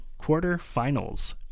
quarterfinals